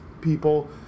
people